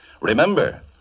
Remember